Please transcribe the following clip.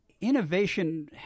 innovation